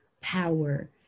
power